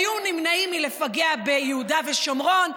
היו נמנעים מלפגע ביהודה ושומרון,